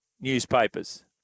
newspapers